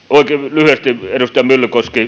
lyhyesti edustaja myllykoski